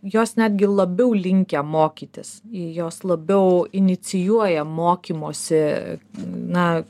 jos netgi labiau linkę mokytis jos labiau inicijuoja mokymosi na